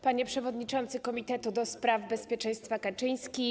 Panie Przewodniczący Komitetu ds. Bezpieczeństwa Kaczyński!